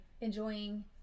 enjoying